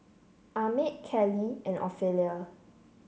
Ahmed Callie and Ophelia